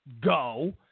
go